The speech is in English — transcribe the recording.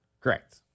Correct